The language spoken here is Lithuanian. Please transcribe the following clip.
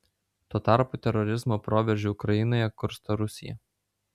tuo tarpu terorizmo proveržį ukrainoje kursto rusija